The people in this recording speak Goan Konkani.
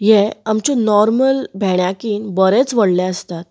हे आमचें नोर्मल भेण्याकीन बरेच व्हडले आसतात